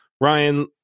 Ryan